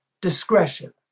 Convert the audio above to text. discretion